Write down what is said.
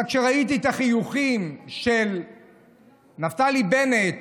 אבל כשראיתי את החיוכים של נפתלי בנט